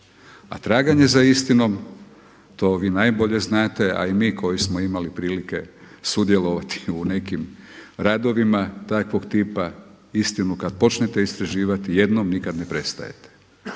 a traganje za istinom to vi najbolje znate a i mi koji smo imali prilike sudjelovati u nekim radovima takvog tipa istinu kada počnete istraživati jednom nikada ne prestajete.